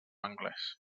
anglès